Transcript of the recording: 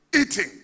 eating